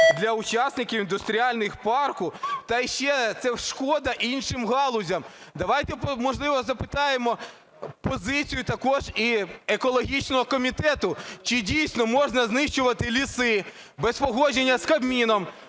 для учасників індустріальних парків та ще це шкода іншим галузям. Давайте, можливо, запитаємо позицію також і екологічного комітету, чи дійсно можна знищувати ліси без погодження з Кабміном,